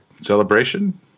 celebration